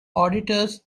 auditors